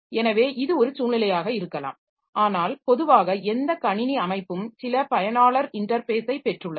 எனவே இது ஒரு சூழ்நிலையாக இருக்கலாம் ஆனால் பொதுவாக எந்த கணினி அமைப்பும் சில பயனாளர் இன்டர்ஃபேஸைப் பெற்றுள்ளது